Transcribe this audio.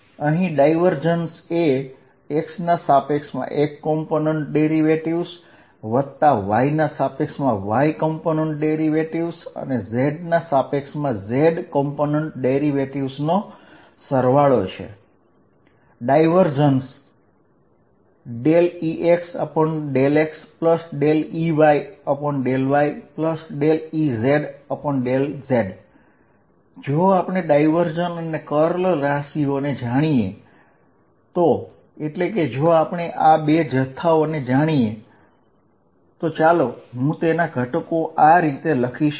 અહીં ડાયવર્જન્સ એ x ના સાપેક્ષમાં x કમ્પોનન્ટ ડેરિવેટિવ્ઝ વત્તા y ના સાપેક્ષમાં y કમ્પોનન્ટ ડેરિવેટિવ્ઝ અને z ના સાપેક્ષમાં z કમ્પોનન્ટ ડેરિવેટિવ્ઝનો સરવાળો છે એટલે કે ડાયવર્જન્સ ExδxEyδyEzδz જો આપણે ડાયવર્જન્સ અને કર્લ રાશિઓને જાણીએ તો એટલે કે જો આપણે આ બે જથ્થાઓને જાણીએ તો ચાલો હું તેના ઘટકો આ રીતે લખી શકું